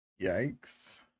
yikes